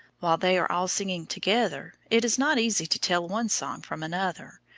while they are all singing together, it is not easy to tell one song from another,